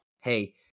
Hey